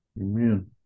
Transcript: Amen